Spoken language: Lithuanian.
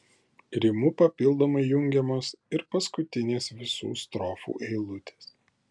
rimu papildomai jungiamos ir paskutinės visų strofų eilutės